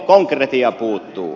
konkretia puuttuu